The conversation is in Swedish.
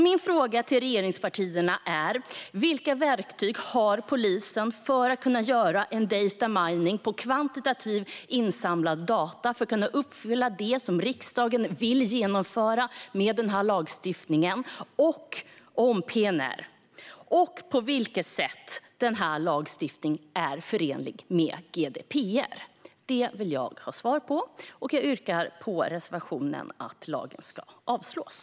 Min fråga till regeringspartierna är: Vilka verktyg har polisen för att kunna göra en data mining på kvantitativa insamlade data för att kunna uppfylla det som riksdagen vill genomföra med den här lagstiftningen om PNR, och på vilket sätt är denna lagstiftning förenlig med GDPR? Det vill jag ha svar på. Jag yrkar bifall till reservationen om att förslaget ska avslås.